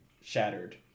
shattered